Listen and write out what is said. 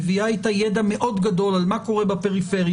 מביאה אתה ידע מאוד גדול על מה שקורה בפריפריה,